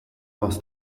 was